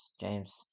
James